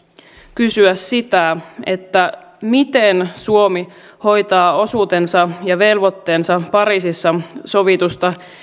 kysyä sitä miten suomi hoitaa osuutensa ja velvoitteensa pariisissa sovitusta